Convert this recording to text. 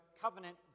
covenant